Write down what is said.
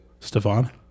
Stefan